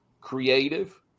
creative